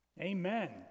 Amen